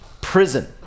prison